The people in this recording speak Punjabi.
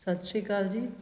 ਸਤਿ ਸ਼੍ਰੀ ਅਕਾਲ ਜੀ